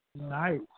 nice